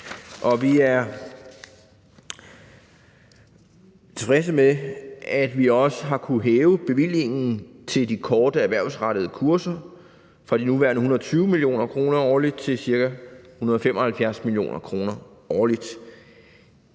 også tilfredse med, at vi har kunnet hæve bevillingen til de korte erhvervsrettede kurser fra de nuværende 120 mio. kr. årligt til ca. 175 mio. kr. årligt.